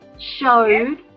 showed